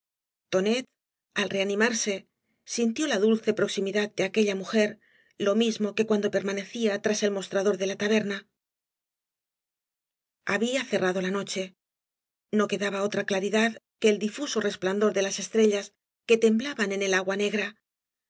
tonet al reanimarse sintió la dulce proximidad de aquella mujer lo mismo que cuando permanecía tras el mostrador de la taberna había cen ado la noche no quedaba otra claridad que el difuso resplandor de las estrellaa que temblaban en el agua negra